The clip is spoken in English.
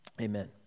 Amen